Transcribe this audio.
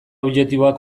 objektiboak